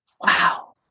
wow